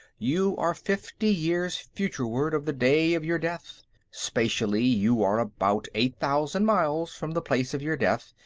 you are fifty years futureward of the day of your death spatially, you are about eight thousand miles from the place of your death,